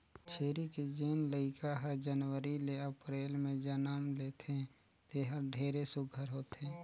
छेरी के जेन लइका हर जनवरी ले अपरेल में जनम लेथे तेहर ढेरे सुग्घर होथे